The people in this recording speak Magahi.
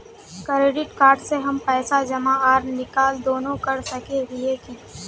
क्रेडिट कार्ड से हम पैसा जमा आर निकाल दोनों कर सके हिये की?